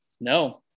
No